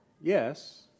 yes